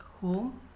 home